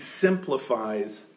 simplifies